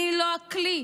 אני לא הכלי.